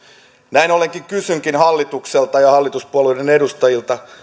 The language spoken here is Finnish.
näin ollen kysynkin hallitukselta ja hallituspuolueiden edustajilta